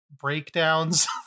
breakdowns